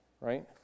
Right